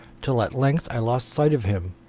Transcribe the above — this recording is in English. till at length i lost sight of him.